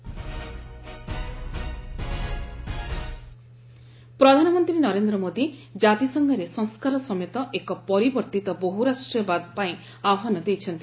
PM ପ୍ରଧାନମନ୍ତ୍ରୀ ନରେନ୍ଦ୍ର ମୋଦୀ ଜାତିସଂଘରେ ସଂସ୍କାର ସମେତ ଏକ ପରିବର୍ତ୍ତିତ ବହୁରାଷ୍ଟ୍ରୀୟବାଦ ପାଇଁ ଆହ୍ବାନ ଦେଇଛନ୍ତି